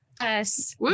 yes